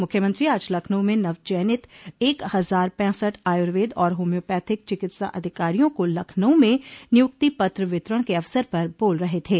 मुख्यमंत्री आज लखनऊ में नव चयनित एक हजार पैंसठ आयुर्वेद और होम्योपैथिक चिकित्सा अधिकारियों को लखनऊ में नियक्ति पत्र वितरण के अवसर पर बोल रहे थे